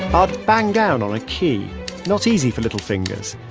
i'd bang down on a key not easy for little fingers.